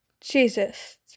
Jesus